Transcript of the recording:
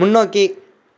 முன்னோக்கி